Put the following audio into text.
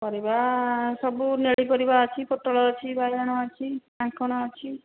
ପରିବା ସବୁ ନେଳୀ ପରିବା ଅଛି ପୋଟଳ ଅଛି ବାଇଗଣ ଅଛି କାଙ୍କଡ଼ ଅଛି